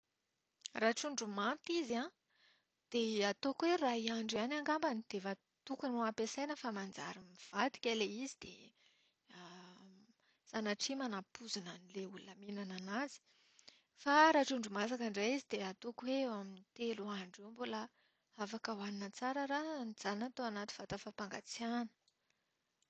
Raha trondro manta izy an, dia ataoko hoe iray andro ihany angambany dia efa tokony ampiasaina fa manjary mivadika ilay izy dia sanatrai manapoizina an'ilay olona mihinana anazy. Fa raha trondro masaka indray izy dia ataoko hoe eo amin'ny telo andro eo mbola afaka hohanina tsara raha nijanona tao anaty vata fampangatsiahana.